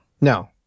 No